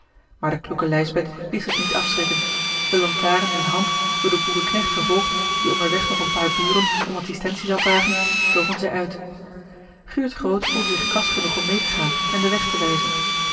maar de kloeke lijsbeth liet zich niet afschrikken de lantaren in de hand door den boerenknecht gevolgd die onderweg nog een paar buren om adsistentie zou vragen togen zij uit guurt groot voelde zich kras genoeg om meê te gaan en den weg te wijzen